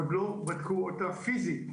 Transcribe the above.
עוד לא בדקו אותה פיזית,